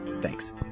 Thanks